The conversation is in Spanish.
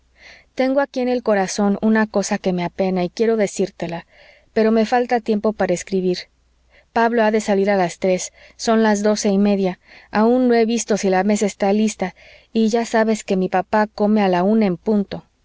tengo aquí en el corazón una cosa que me apena y quiero decírtela pero me falta tiempo para escribir pablo ha de salir a las tres son las doce y media aun no he visto si la mesa está lista y ya sabes que mi papá come a la una en punto